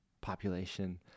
population